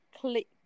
Click